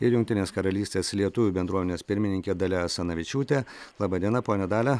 ir jungtinės karalystės lietuvių bendruomenės pirmininkė dalia asanavičiūtė laba diena ponia dalia